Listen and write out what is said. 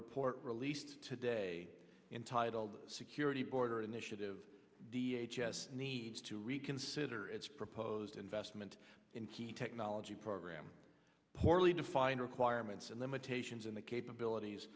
report released today in titled security border initiative d h s needs to reconsider its proposed investment in key technology program poorly defined requirements and limitations in the capabilities